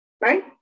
right